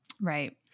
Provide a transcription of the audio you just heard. Right